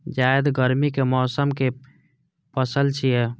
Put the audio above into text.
जायद गर्मी के मौसम के पसल छियै